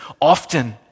often